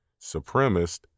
supremacist